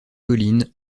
colline